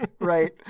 Right